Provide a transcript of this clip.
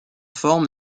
formes